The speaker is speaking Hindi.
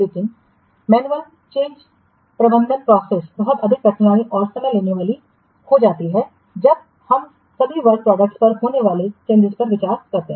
लेकिन मैनुअल चेंजप्रबंधन प्रोसेसबहुत अधिक कठिनाई और समय लेने वाली हो जाती है जब हम सभी वर्क प्रोडक्ट्स पर होने वाले चेंजिंस पर विचार करते हैं